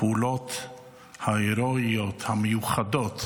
הפעולות ההירואיות המיוחדות